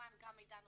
כמובן גם מידע נוסף,